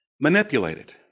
manipulated